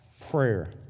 prayer